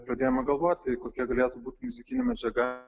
pradėjome galvoti kokia galėtų būti muzikinė medžiaga